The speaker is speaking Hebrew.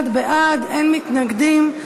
41 בעד, אין מתנגדים.